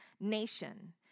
nation